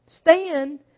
stand